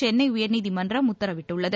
சென்னை உயர்நீதிமன்றம் உத்தரவிட்டுள்ளது